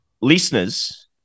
listeners